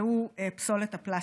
והוא פסולת הפלסטיק.